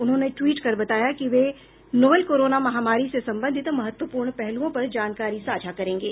उन्होंने ट्वीट कर बताया कि वे नोवल कोरोना महामारी से संबंधित महत्वपूर्ण पहलुओं पर जानकारी साझा करेंगे